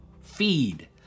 feed